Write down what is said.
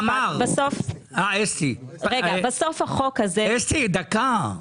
בסוף החוק הזה --- אסתי, דקה.